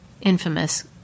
Infamous